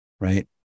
right